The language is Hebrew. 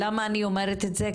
למה אני אומרת את זה?